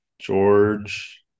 George